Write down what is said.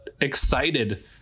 excited